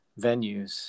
venues